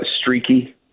Streaky